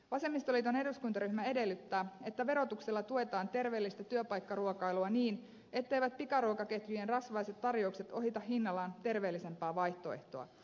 vasemmistoliiton eduskuntaryhmä edellyttää että verotuksella tuetaan terveellistä työpaikkaruokailua niin etteivät pikaruokaketjujen rasvaiset tarjoukset ohita hinnallaan terveellisempää vaihtoehtoa